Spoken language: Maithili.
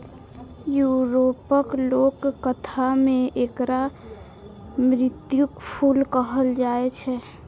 यूरोपक लोककथा मे एकरा मृत्युक फूल कहल जाए छै